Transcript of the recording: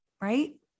Right